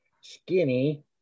skinny